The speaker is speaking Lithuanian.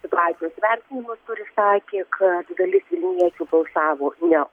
situacijos vertinimas kuris sakė kad dalis vilniečių balsavo ne